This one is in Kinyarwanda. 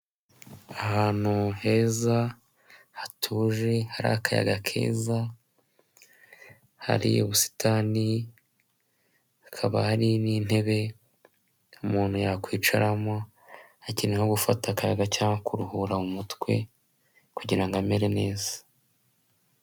Ahantu heza hatuje hari akayaga keza, hari ubusitani hakaba hari n'intebe umuntu yakwicaramo, akenewe nko gufata akayaga cyangwa kuruhura mu mutwe, kugira ngo amere neza.